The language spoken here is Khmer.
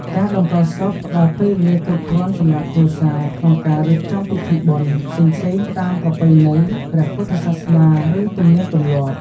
ការតម្កល់សពផ្តល់ពេលវេលាគ្រប់គ្រាន់សម្រាប់គ្រួសារក្នុងការ រៀបចំពិធីបុណ្យ ផ្សេងៗតាមប្រពៃណីព្រះពុទ្ធសាសនា ឬទំនៀមទម្លាប់។